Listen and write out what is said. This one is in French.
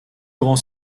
grands